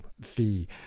fee